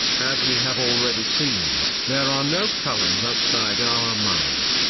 as we have already seen, there are no colors outside our mind.